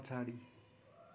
पछाडि